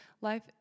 life